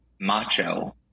macho